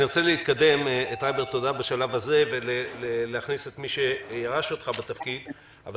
אני רוצה להכניס את מי שירש אותך בתפקיד אבל